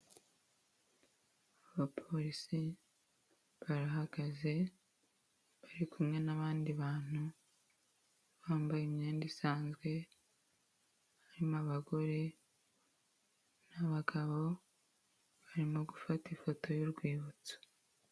Abapolisi barahagaze bari kumwe n'abandi bantu bambaye imyenda isanzwe, harimo abagore n'abagabo barimo gufata ifoto y'urwibutso.